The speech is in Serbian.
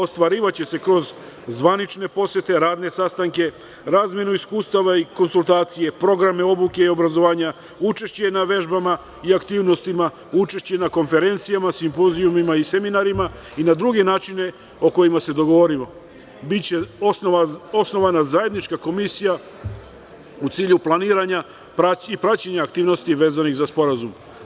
Ostvarivaće se kroz zvanične posete, radne sastanke, razmenu iskustava i konsultacije, programe obuke i obrazovanja, učešće na vežbama i aktivnostima, učešće na konferencijama, simpozijumima i seminarima i na drugi načine o kojima se dogovorimo, biće osnovana zajednička komisija u cilju planiranja i praćenja aktivnosti vezanih za sporazum.